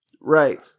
Right